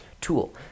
tool